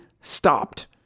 stopped